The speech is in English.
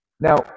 Now